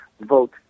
Vote